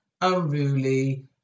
unruly